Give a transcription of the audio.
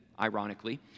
ironically